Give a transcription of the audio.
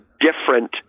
different